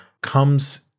comes